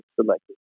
selected